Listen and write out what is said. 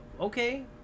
Okay